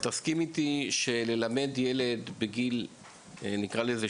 תסכים איתי שכשאתה מלמד ילד בגיל 8-7,